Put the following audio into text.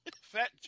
fat